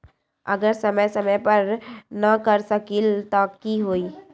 अगर समय समय पर न कर सकील त कि हुई?